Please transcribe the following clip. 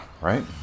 right